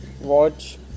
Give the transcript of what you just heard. watch